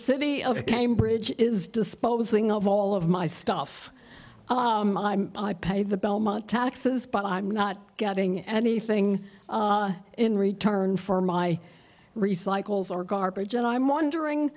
city of cambridge is disposing of all of my stuff i pay the belmont taxes but i'm not getting anything in return for my recycle or garbage and i'm wondering